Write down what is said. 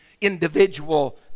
individual